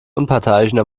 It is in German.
unparteiischen